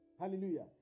Hallelujah